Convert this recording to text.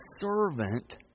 servant